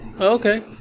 Okay